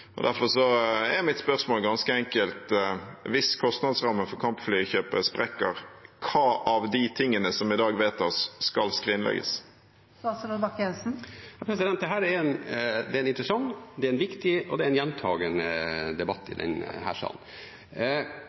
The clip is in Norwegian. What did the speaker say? Derfor er mitt spørsmål ganske enkelt: Hvis kostnadsrammen for kampflykjøpet sprekker, hva av de tingene som i dag vedtas, skal skrinlegges? Dette er en interessant, viktig og gjentagende debatt i denne salen. Den modellen man valgte i 2012, da vi bestemte oss for å kjøpe F-35, for valutakontroll og